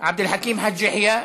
עבד אל חכים חאג' יחיא,